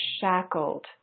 shackled